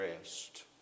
rest